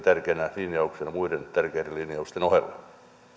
tärkeänä linjauksena muiden tärkeiden linjausten ohella